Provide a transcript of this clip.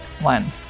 one